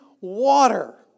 water